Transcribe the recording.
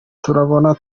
turabona